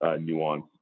nuance